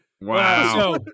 Wow